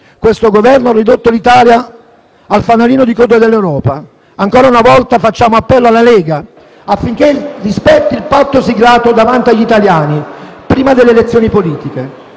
Questo Governo ha ridotto l'Italia al fanalino di coda dell'Europa. Ancora una volta facciamo appello alla Lega affinché rispetti il patto siglato davanti agli italiani prima delle elezioni politiche.